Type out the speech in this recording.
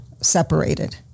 separated